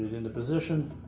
into position